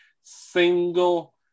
single